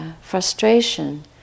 frustration